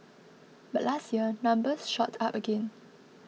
but last year numbers shot up again